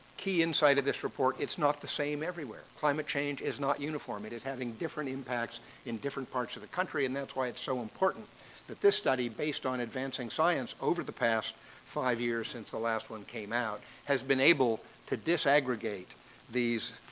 key insight of this report it's not the same everywhere. climate change is not uniform. it is having having different impacts in different parts of the country and that's why it's so important that this study based on advancing science over the past five years since the last one came out has been able to disaggregate these